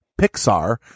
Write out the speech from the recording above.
Pixar